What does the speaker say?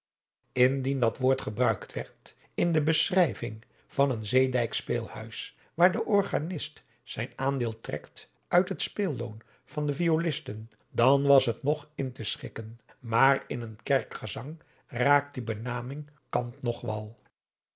indien dat woord gebruikt werd in de beschrijving van een zeedijks speelhuis waar de organist zijn aandeel trekt uit het speelloon van de violisten dan was t nog in te schikken maar in een kerkgezang raakt die benaming kant noch wal